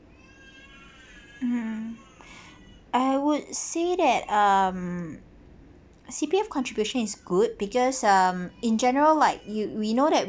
mm I would say that um C_P_F contribution is good because um in general like you we know that